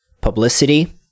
publicity